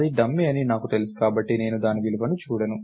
అది డమ్మీ అని నాకు తెలుసు కాబట్టి నేను దాని విలువను చూడను